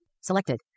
Selected